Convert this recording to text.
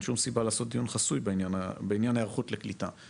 אין שום סיבה לקיים דיון חסוי בעניין ההיערכות לקליטה.